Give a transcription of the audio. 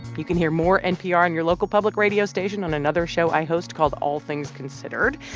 you can hear more npr on your local public radio station on another show i host called all things considered.